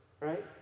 right